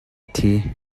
thi